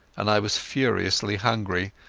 and i was furiously hungry,